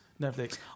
Netflix